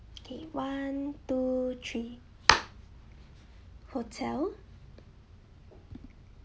okay one two three hotel